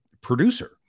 producer